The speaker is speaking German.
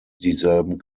dieselben